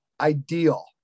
ideal